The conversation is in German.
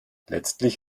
letztlich